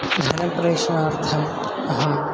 धनप्रेषणार्थम् अहं